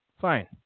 Fine